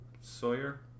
Sawyer